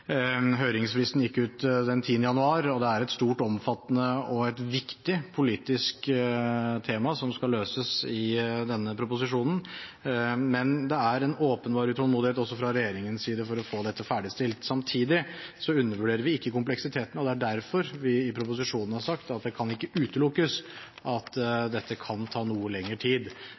Høringsfristen gikk ut den 10. januar, og det er et stort og omfattende og et viktig politisk tema som skal løses i denne proposisjonen. Men det er en åpenbar utålmodighet også fra regjeringens side for å få dette ferdigstilt. Samtidig undervurderer vi ikke kompleksiteten. Det er derfor vi i proposisjonen har sagt at det kan ikke utelukkes at dette kan ta noe lengre tid.